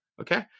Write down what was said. Okay